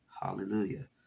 Hallelujah